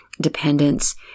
dependence